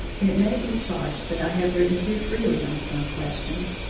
it may be charged that i have written too freely on some questions,